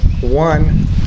one